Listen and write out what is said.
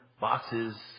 boxes